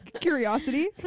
Curiosity